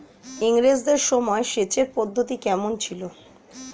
ইঙরেজদের সময় সেচের পদ্ধতি কমন ছিল?